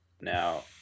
Now